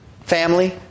Family